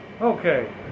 okay